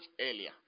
earlier